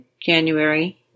January